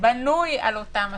בנוי על אותם עסקים.